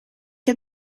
heb